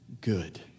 good